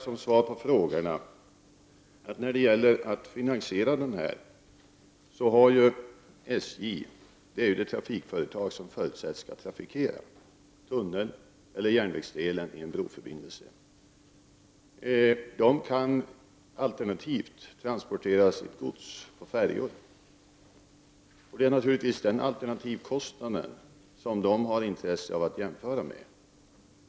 Som svar på frågorna vill jag beträffande finansieringen säga att SJ, som är det trafikföretag som förutsätts trafikera tunneln eller järnvägsdelen i en broförbindelse, alternativt kan transportera sitt gods på färjor. Och det är naturligtvis den alternativkostnad som SJ har intresse av att göra en jämförelse med.